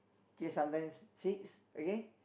K sometimes six okay